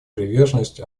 приверженность